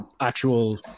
actual